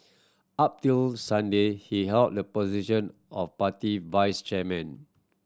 up till Sunday he held the position of party vice chairman